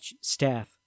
staff